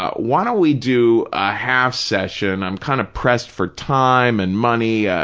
ah why don't we do a half session, i'm kind of pressed for time and money,